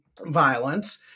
violence